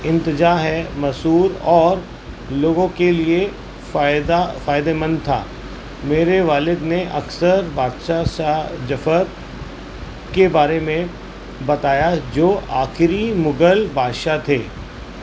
انتظام ہے مشہور اور لوگوں کے لیے فائدہ فائدے مند تھا میرے والد نے اکثر بادشاہ شاہ ظفر کے بارے میں بتایا جو آخری مغل بادشاہ تھے